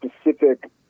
specific